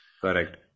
correct